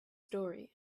story